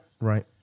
right